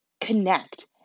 connect